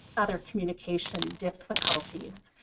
other communication difficulties.